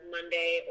Monday